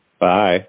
Bye